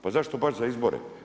Pa zašto baš za izbore?